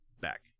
back